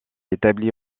établie